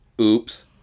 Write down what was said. Oops